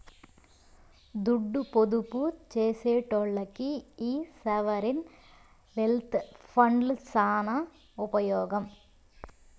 దుడ్డు పొదుపు సేసెటోల్లకి ఈ సావరీన్ వెల్త్ ఫండ్లు సాన ఉపమోగం